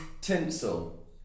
Tinsel